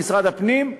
כמשרד הפנים,